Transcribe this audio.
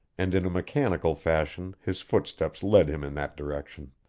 and in a mechanical fashion his footsteps led him in that direction.